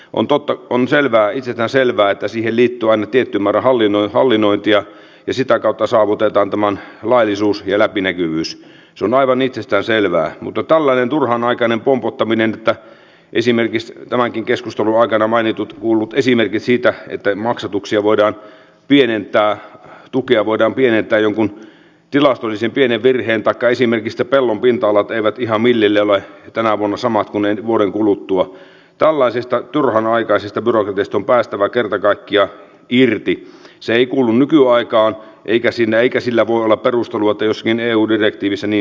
on totta kuin selvää siitä selvää että siihen liittyvän tietty määrä hallinnoi hallinnointia ja sitä kautta saavutetaan tämän laillisuus ja läpinäkyvyys on aivan itsestään selvää otalleen turhanaikainen pompottaminen esimerkiksi tämänkin keskustelun aikana mainitut kuullut esimerkit siitä että maksatuksia voidaan pienentää tukea voidaan pienentää jonkun tilastollisen pienen virheen takaisi merkistä pellon pinta alat eivät ihan millilleenvat tänä vuonna sama oli vuoden kuluttua kuntalaisista turhanaikaisesta borges on päästävä kertakaikkiaan irti x ei kuulu nykyaikaan eikä siinä ikä sillä puola perustelut joskin eu direktiivissä niin